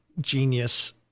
genius